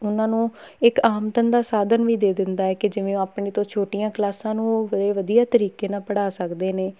ਉਹਨਾਂ ਨੂੰ ਇੱਕ ਆਮਦਨ ਦਾ ਸਾਧਨ ਵੀ ਦੇ ਦਿੰਦਾ ਹੈ ਕਿ ਜਿਵੇਂ ਉਹ ਆਪਣੇ ਤੋਂ ਛੋਟੀਆਂ ਕਲਾਸਾਂ ਨੂੰ ਬੜੇ ਵਧੀਆ ਤਰੀਕੇ ਨਾਲ ਪੜ੍ਹਾ ਸਕਦੇ ਨੇ